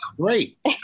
great